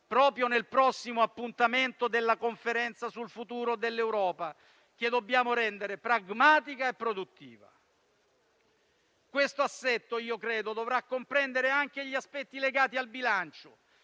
proprio nel prossimo appuntamento della Conferenza sul futuro dell'Europa, che dobbiamo rendere pragmatica e produttiva. Questo assetto, io credo, dovrà comprendere anche gli aspetti legati al bilancio,